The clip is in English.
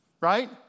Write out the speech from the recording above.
Right